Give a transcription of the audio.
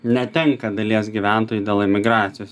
netenka dalies gyventojų dėl emigracijos